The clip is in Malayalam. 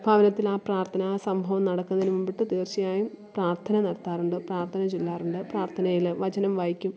ഭവനത്തിൽ ആ പ്രാര്ത്ഥന ആ സംഭവം നടക്കുന്നതിന് മുമ്പിട്ട് തീര്ച്ചയായും പ്രാര്ത്ഥന നടത്താറുണ്ട് പ്രാര്ത്ഥന ചൊല്ലാറുണ്ട് പ്രാര്ത്ഥനയിൽ വചനം വായിക്കും